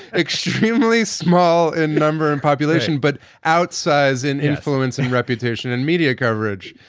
extremely small in number and population, but outsize in influencing reputation and media coverage.